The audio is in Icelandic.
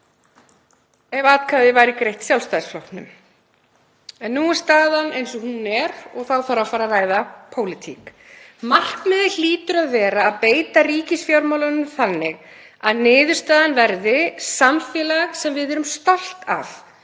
ef atkvæði væri greitt Sjálfstæðisflokknum. En nú er staðan eins og hún er og þá þarf að fara að ræða pólitík. Markmiðið hlýtur að vera að beita ríkisfjármálunum þannig að niðurstaðan verði samfélag sem við erum stolt af.